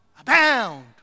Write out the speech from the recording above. Abound